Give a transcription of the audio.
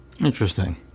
Interesting